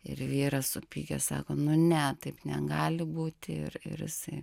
ir vyras supykęs sako nu ne taip negali būti ir ir jisai